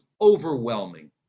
overwhelming